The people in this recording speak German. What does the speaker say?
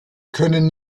können